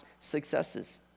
successes